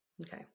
Okay